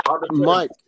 Mike